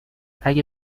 اگر